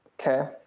Okay